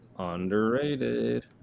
underrated